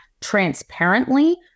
transparently